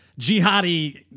jihadi